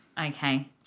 Okay